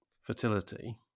fertility